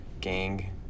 gang